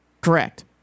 Correct